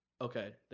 Okay